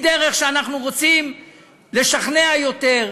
היא דרך שאנחנו רוצים לשכנע יותר,